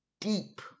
deep